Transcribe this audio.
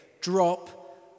drop